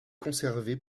conservé